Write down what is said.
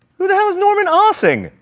who the hell is norman asing?